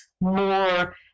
more